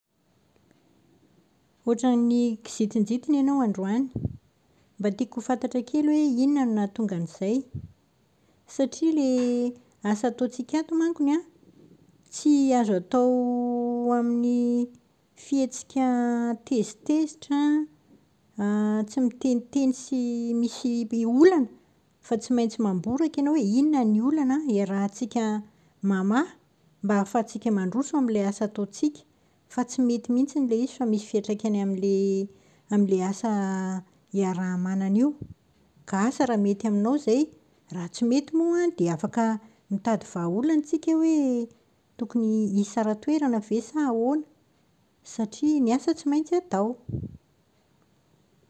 Ohatran'ny kizintinjitina ianao androany. Mba tiako ho fantatra kely hoe inona no nahatonga an'izay. Satria ilay asa ataontsika ao mankony an, tsy azo atao amin'ny fihetsika tezitezitra, tsy miteniteny sy misy olana fa tsy maintsy mamboraka ianao hoe inona ny olana iarahantsika mamaha, mba ahafahantsika mandroso amin'ilay asa ataontsika. Fa tsy mety mihitsiny ilay izy fa misy fiantraikany amin'ilay amin'ilay asa iaraha-manana io. Ka asa raha mety aminao izay? Raha tsy mety moa an, dia afaka mitady vahaolana isika hoe tokony hisara-toerana ve sa ahoana satria ny asa tsy maintsy atao.